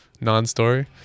non-story